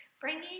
bringing